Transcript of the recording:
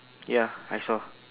ya I saw